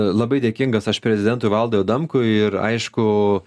labai dėkingas aš prezidentui valdui adamkui ir aišku